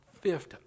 Fifth